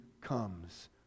comes